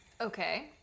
Okay